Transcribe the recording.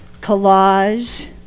collage